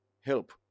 help